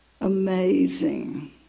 amazing